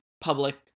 public